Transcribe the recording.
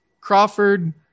Crawford